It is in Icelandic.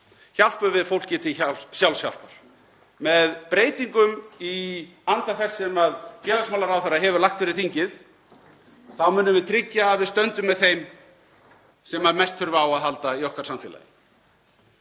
hjálpum við fólki til sjálfshjálpar. Með breytingum í anda þess sem félagsmálaráðherra hefur lagt fyrir þingið munum við tryggja að við stöndum með þeim sem mest þurfa á að halda í okkar samfélagi.